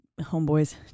homeboys